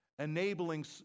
enabling